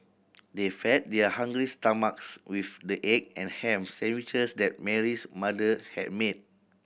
they fed their hungry stomachs with the egg and ham sandwiches that Mary's mother had made